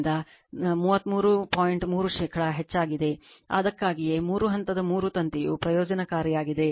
3 ಶೇಕಡಾ ಹೆಚ್ಚಾಗಿದೆ ಅದಕ್ಕಾಗಿಯೇ ಮೂರು ಹಂತದ ಮೂರು ತಂತಿಯು ಪ್ರಯೋಜನಕಾರಿಯಾಗಿದೆ